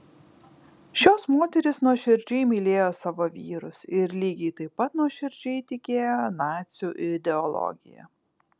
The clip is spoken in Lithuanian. šios moterys nuoširdžiai mylėjo savo vyrus ir lygiai taip pat nuoširdžiai tikėjo nacių ideologija